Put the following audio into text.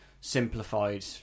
simplified